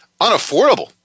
unaffordable